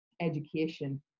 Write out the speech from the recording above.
education